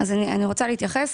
אני רוצה להתייחס.